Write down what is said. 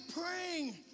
praying